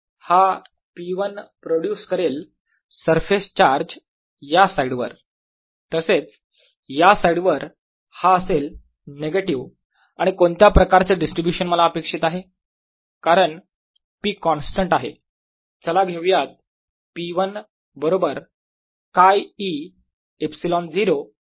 हा P1 produce करेल surface charge या साईडवर तसेच या साईडवर हा असेल निगेटिव्ह आणि कोणत्या प्रकारचे डिस्ट्रीब्यूशन मला अपेक्षित आहे कारण P कॉन्स्टंट आहे चला घेऊयात P1 बरोबर 𝛘e ε0 E1